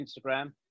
Instagram